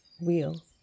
wheel